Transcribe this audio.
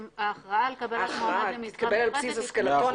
ההכרעה על הקבלה מתקבלת על בסיס וכולי.